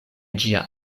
ĝia